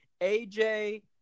AJ